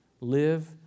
Live